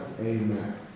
Amen